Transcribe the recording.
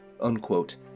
unquote